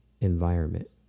environment